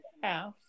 half